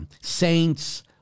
saints